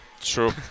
True